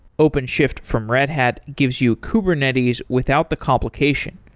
openshift from red hat gives you kubernetes without the complication.